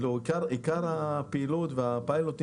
הפיילוט,